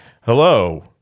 Hello